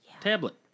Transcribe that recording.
Tablet